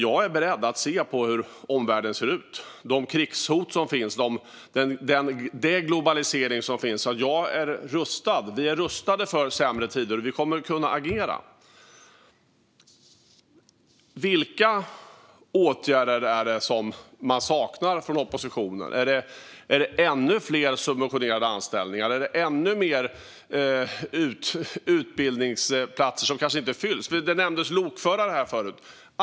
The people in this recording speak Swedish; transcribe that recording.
Jag är beredd att se på hur omvärlden ser ut, med de krigshot och den globalisering som finns, så att jag och vi är rustade för sämre tider och kan agera. Vilka åtgärder är det man saknar från oppositionen? Är det ännu fler subventionerade anställningar? Är det ännu fler utbildningsplatser som kanske inte fylls? Lokförare nämndes här förut.